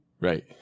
Right